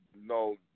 no